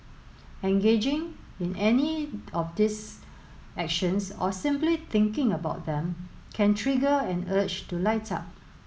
engaging in any of these actions or simply thinking about them can trigger an urge to light up